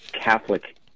Catholic